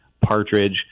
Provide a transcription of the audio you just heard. partridge